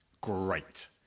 Great